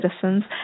citizens